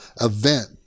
event